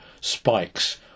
spikes